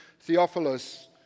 Theophilus